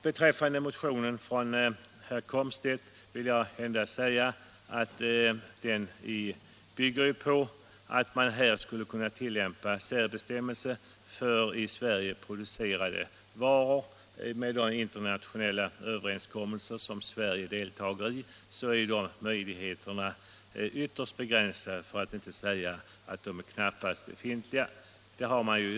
Herr Komstedts motion bygger på att man skall kunna tillämpa särbestämmelser för i Sverige producerade varor. Med de internationella överenskommelser som Sverige har anslutit sig till är dessa möjligheter ytterst begränsade, för att inte säga obefintliga.